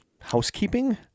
Housekeeping